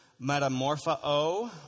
metamorpho